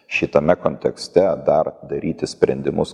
šitame kontekste dar daryti sprendimus